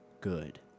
good